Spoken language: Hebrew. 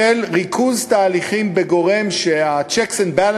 של ריכוז תהליכים בגורם שה-checks and balances